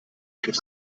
griff